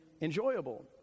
enjoyable